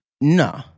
No